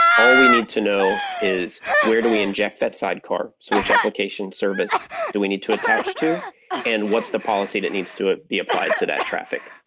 all we need to know is where do we inject that sidecar, so which application service do we need to attach to and what's the policy that needs to ah be applied to that traffic.